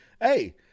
Hey